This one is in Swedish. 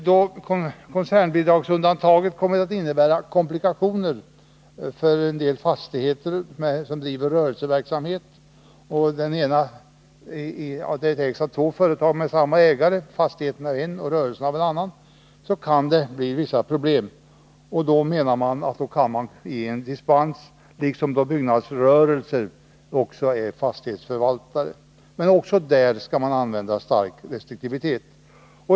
Då koncernbidragsundantaget kommer att medföra komplikationer för en del fastighetsägare, som bedriver rörelseverksamhet och som ägs av två företag med samma ägare — fastigheten av ett och rörelsen av ett annat — kan det bli vissa problem. Man menar att det går att ge dispens, liksom även då byggnadsrörelser är fastighetsförvaltare, men i sådana fall skall det tillämpas stark restriktivitet.